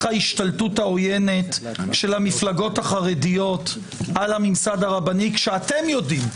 ההשתלטות העוינת של המפלגות החרדיות על הממסד הרבני כשאתם יודעים,